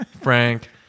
frank